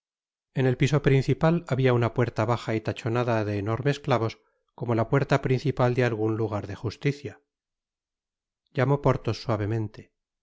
en el piso principal habia una puerta baja y tachonada de enormes clavos como la puerta principal de algun lugar de justicia llamó porthos suavemente